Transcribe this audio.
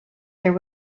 there